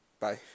Bye